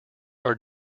are